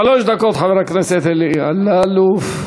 שלוש דקות, חבר הכנסת אלי אלאלוף.